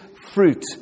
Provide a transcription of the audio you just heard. fruit